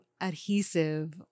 adhesive